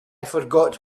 forgot